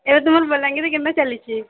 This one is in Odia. ଏବେ ତୁମର୍ ବୋଲାଙ୍ଗିର୍ରେ କେନ୍ତା ଚାଲିଛେ